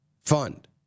fund